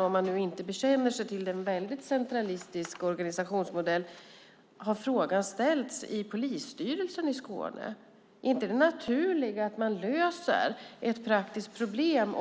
Om man inte bekänner sig till en väldigt centralistisk organisationsmodell ställer man sig frågan: Har frågan ställts i polisstyrelsen i Skåne och är det inte naturligt att man löser ett praktiskt problem